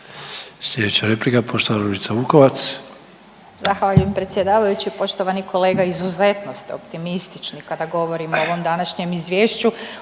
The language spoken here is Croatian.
**Vukovac, Ružica (Nezavisni)** Zahvaljujem predsjedavajući. Poštovani kolega izuzetno ste optimistični kada govorimo o ovom današnjem izvješću.